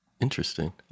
Interesting